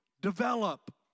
develop